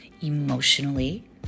emotionally